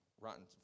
rotten